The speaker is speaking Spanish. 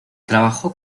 trabajó